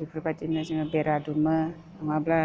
बेफोरबायदिनो जोङो बेरा दुमो नङाब्ला